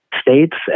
states